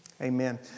Amen